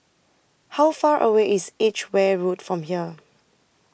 How Far away IS Edgeware Road from here